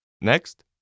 Next